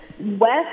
west